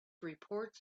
reports